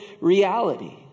reality